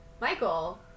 Michael